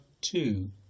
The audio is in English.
two